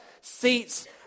seats